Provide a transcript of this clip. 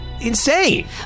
Insane